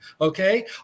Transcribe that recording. okay